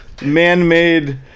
man-made